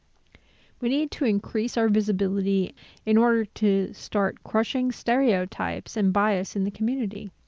we need to increase our visibility in order to start crushing stereotypes and bias in the community.